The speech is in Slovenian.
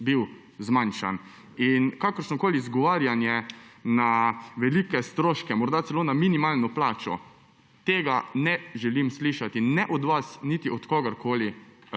bil zmanjšan. Kakršnokoli izgovarjanje na velike stroške, morda celo na minimalno plačo – tega ne želim slišati ne od vas niti od kogarkoli